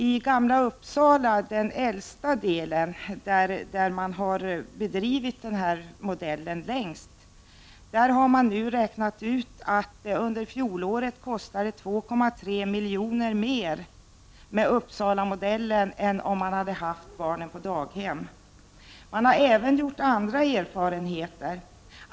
I Gamla Uppsala, den äldsta delen av staden, där man längst har bedrivit verksamheten enligt denna modell, har man nu räknat ut att barnomsorgen under fjolåret kostade 2,3 miljoner mer när den bedrevs enligt Uppsalamodellen än vad det hade kostat att ha barnen på daghem. Man har även gjort andra erfarenheter.